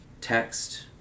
text